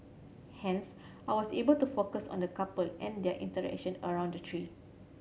hence I was able to focus on the couple and their interaction around the tree